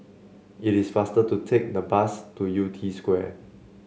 it is faster to take the bus to Yew Tee Square